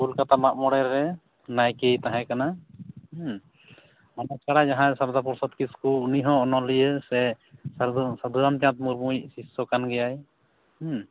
ᱠᱳᱞᱠᱟᱛᱟ ᱢᱟᱜ ᱢᱚᱬᱮ ᱨᱮ ᱱᱟᱭᱠᱮᱭ ᱛᱟᱦᱮᱸ ᱠᱟᱱᱟ ᱚᱱᱟ ᱪᱷᱟᱲᱟ ᱡᱟᱦᱟᱸ ᱥᱟᱨᱚᱫᱟ ᱯᱨᱚᱥᱟᱫ ᱠᱤᱥᱠᱩ ᱩᱱᱤ ᱦᱚᱸ ᱚᱱᱞᱤᱭᱟᱹ ᱥᱮ ᱥᱟᱫᱷᱩᱨᱟᱢ ᱪᱟᱸᱫᱽ ᱢᱩᱨᱢᱩᱭᱤᱡ ᱥᱤᱥᱥᱚ ᱠᱟᱱ ᱜᱮᱭᱟᱭ